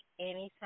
anytime